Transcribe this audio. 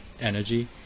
energy